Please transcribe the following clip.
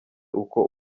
uko